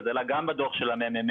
וזה עלה גם בדוח של הממ"מ,